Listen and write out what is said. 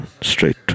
straight